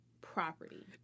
property